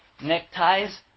neckties